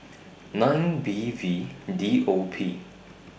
nine B V D O P